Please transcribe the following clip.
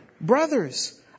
Brothers